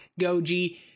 goji